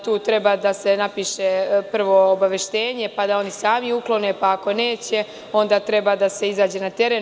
Tu treba da se napiše prvo obaveštenje, pa da oni sami uklone, pa ako neće, onda treba da se izađe na teren.